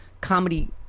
comedy